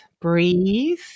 breathe